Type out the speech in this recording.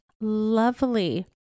lovely